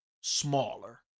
smaller